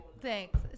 Thanks